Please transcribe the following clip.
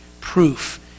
proof